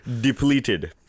depleted